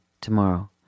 tomorrow